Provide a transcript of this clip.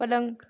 पलंग